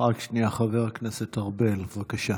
רק שנייה, חבר הכנסת ארבל, בבקשה.